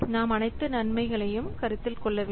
நாம் அனைத்து நன்மைகளையும் கருத்தில் கொள்ள வேண்டும்